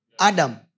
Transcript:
Adam